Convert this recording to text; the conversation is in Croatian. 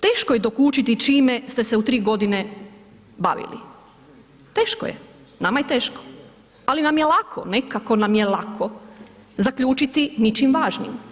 Teško je dokučiti čime ste se u tri godine bavili, teško je, nama je teško ali nam je lako, nekako nam je lako zaključiti ničim važnim.